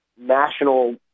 national